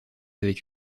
avec